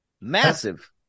Massive